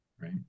right